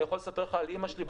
אני יכול לספר לך שאימא שלי,